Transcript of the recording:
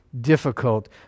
difficult